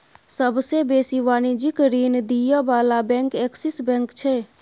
सबसे बेसी वाणिज्यिक ऋण दिअ बला बैंक एक्सिस बैंक छै